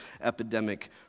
epidemic